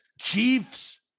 Chiefs